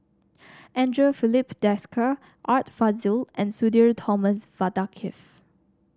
Andre Filipe Desker Art Fazil and Sudhir Thomas Vadaketh